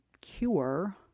cure